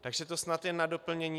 Takže to snad jen na doplnění.